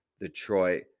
Detroit